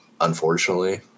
unfortunately